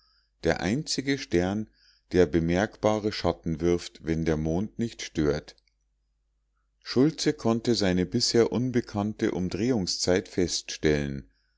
der einzige stern der bemerkbare schatten wirft wenn der mond nicht stört schultze konnte seine bisher unbekannte umdrehungszeit feststellen